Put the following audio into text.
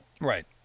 Right